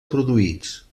produïts